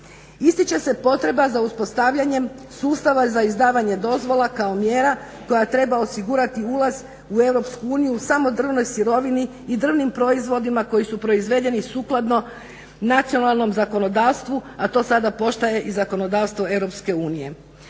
Ističe se potreba za uspostavljanjem sustava za izdavanje dozvola kao mjera koja treba osigurati ulaz u EU samo drvnoj sirovini i drvnim proizvodima koji su proizvedeni sukladno nacionalnom zakonodavstvu, a to sada postaje i zakonodavstvo EU.